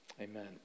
Amen